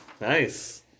Nice